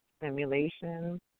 simulation